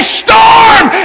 storm